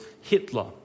Hitler